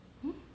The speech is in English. hmm